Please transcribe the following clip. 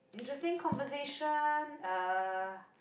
interesting conversation uh